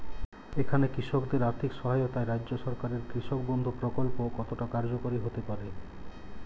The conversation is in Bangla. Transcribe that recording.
এখানে কৃষকদের আর্থিক সহায়তায় রাজ্য সরকারের কৃষক বন্ধু প্রক্ল্প কতটা কার্যকরী হতে পারে?